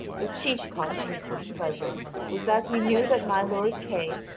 the chief cause of his displeasure was that he knew that my lord kay,